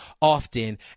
often